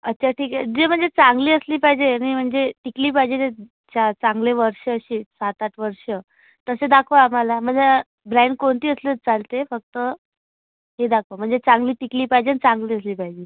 अच्छा ठीक आहे जे म्हणजे चांगली असली पाहिजे नाही म्हणजे टिकली पाहिजे जे चार चांगले वर्ष असे सात आठ वर्ष तसे दाखवा आम्हाला मला ब्रॅन कोणती असली चालते फक्त ते दाखवा म्हणजे चांगली टिकली पाहिजे न् चांगली दिसली पाहिजे